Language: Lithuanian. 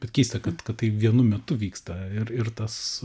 bet keista kad kad tai vienu metu vyksta ir ir tas